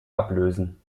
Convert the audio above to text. ablösen